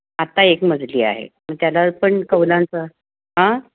आत्ता एकमजली आहे त्याला पण कौलांचा हां